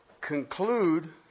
conclude